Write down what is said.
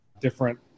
different